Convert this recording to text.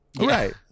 Right